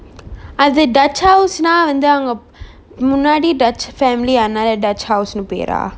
அது:athu dutch house னா வந்து அவங்க முன்னாடி:na vanthu avanga munnadi dutch family அன்னால:annala dutch house னு பேரா:nu pera